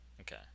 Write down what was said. Okay